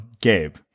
Gabe